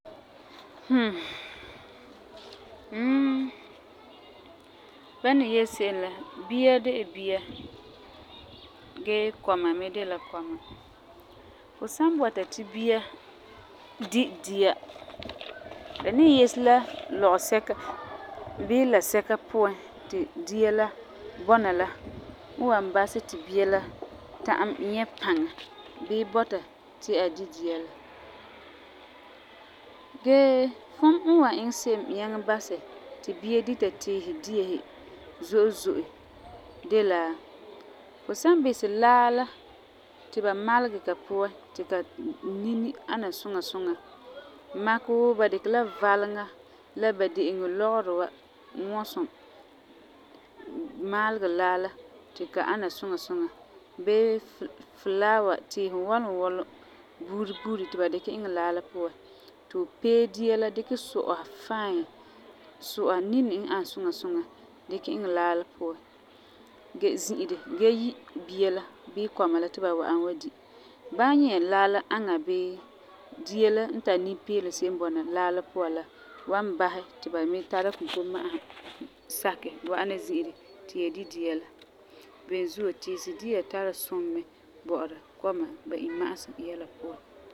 ba n ni yele se'em la, bia de la bia. Gee, kɔma me de la kɔma. Fu san bɔta ti bia di dia, la ni yese la lɔgesɛka bii la' sɛka puan ti dia la bɔna la n wan basɛ ti bia la ta'am nyɛ paŋa bii bɔta ti a di dia la. Gee, fum n wan iŋɛ se'em nyaŋɛ basɛ ti bia dita tiisi dia zo'e zo'e de la, fu san bisɛ laa la ti ba malegɛ ka puan ti ka nini ana suŋa suŋa. Makɛ wuu ba dikɛ la valeŋa la ba de'eŋo lɔgerɔ wa ŋwɔsum maalegɛ laa la ti ka ana suŋa suŋa. Bii filaawa, tiisi ŋwulum ŋwɔlum buuri buuri ti ba dikɛ iŋɛ laa la puan, ti fu pee dia la dikɛ su'a fãi, su'a nini n ani suŋa suŋa dikɛ iŋɛ laa la puan ge zi'ire gee yi bia la bii kɔma la ti ba wa'ana di. Ba n nyɛ laa la aŋa bii dia la n tari nimpiilum bɔna laa la puan la wan basɛ ti ba me tara kinkoma'asum sakɛ wa'ana zi'ire ti ya di dia la. Beni zuo, tiisi dia tari sum mɛ bɔ'ɔra kɔma ba imma'asum yɛla puan.